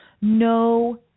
No